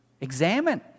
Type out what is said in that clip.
Examine